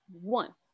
one